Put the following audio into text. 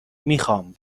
میخام